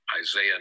Isaiah